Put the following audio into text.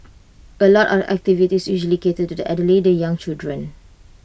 A lot of activities usually cater to the elderly the young children